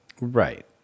Right